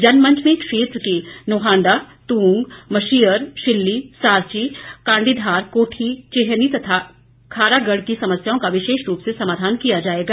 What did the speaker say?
जनमंच में क्षेत्र की नोहाण्डा तुंग मशीयर शिल्ली सारची काण्डीधार कोठी चेहनी तथा खारागड की समस्याओं का विशेष रूप से समाधान किया जाएगा